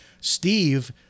Steve